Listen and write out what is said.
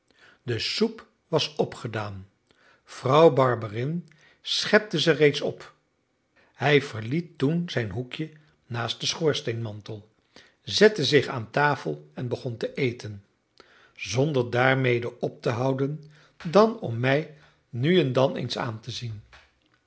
de soep was opgedaan vrouw barberin schepte ze reeds op hij verliet toen zijn hoekje naast den schoorsteenmantel zette zich aan tafel en begon te eten zonder daarmede op te houden dan om mij nu en dan eens aan te zien